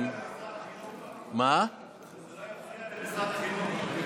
שזה לא יפריע למשרד החינוך.